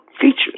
features